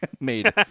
made